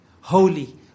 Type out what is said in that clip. holy